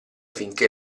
finché